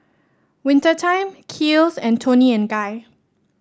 Winter Time Kiehl's and Toni and Guy